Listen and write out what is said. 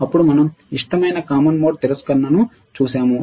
అప్పుడు మనం ఇష్టమైన కామన్ మోడ్ తిరస్కరణను చూశాము